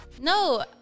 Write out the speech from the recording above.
No